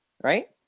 right